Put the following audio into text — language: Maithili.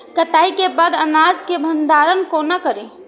कटाई के बाद अनाज के भंडारण कोना करी?